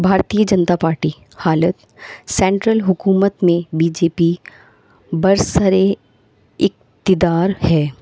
بھارتیہ Janata party حالت central حکومت میں بی جے پی بر سر اقتدار ہے